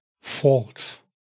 false